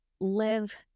live